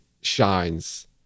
shines